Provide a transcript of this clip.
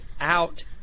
out